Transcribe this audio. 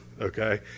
okay